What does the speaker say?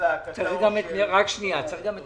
צריך גם את